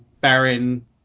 Baron